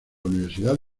universidad